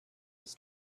his